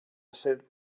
acer